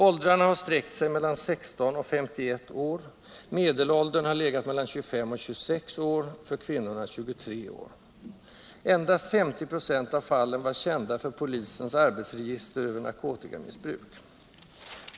Åldrarna har sträckt sig mellan 16 och 51 år, medelåldern har legat mellan 25 och 26 år, för kvinnorna 23 år. Endast 50 26 av fallen var kända för polisens arbetsregister över narkotikamissbruk.